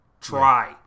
Try